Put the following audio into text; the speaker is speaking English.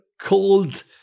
called